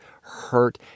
hurt